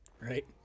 Right